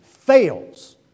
fails